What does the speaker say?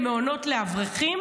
נתתי דוגמה לאיך עובדים ביחד,